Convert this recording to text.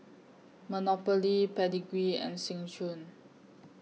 Monopoly Pedigree and Seng Choon